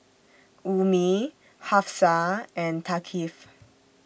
Ummi Hafsa and Thaqif